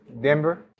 Denver